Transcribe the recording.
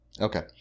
Okay